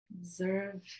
Observe